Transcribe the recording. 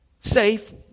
safe